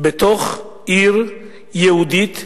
בתוך עיר יהודית,